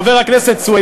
חבר הכנסת סוייד,